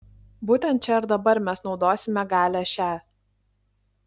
būtent čia ir dabar mes naudosime galią šią